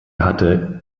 hatte